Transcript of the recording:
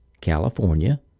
California